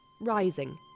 Rising